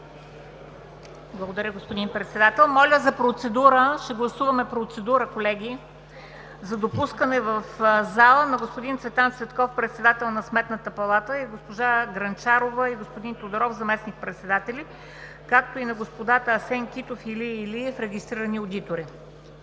Благодаря, господин Председател. Моля за процедура за допускане в залата на господин Цветан Цветков – председател на Сметната палата, госпожа Грънчарова и господин Тодоров – заместник-председатели, както и на господата Асен Китов и Илия Илиев – регистрирани одитори.